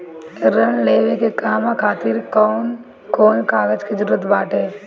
ऋण लेने के कहवा खातिर कौन कोन कागज के जररूत बाटे?